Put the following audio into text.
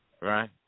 right